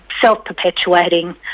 self-perpetuating